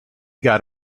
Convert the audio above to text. got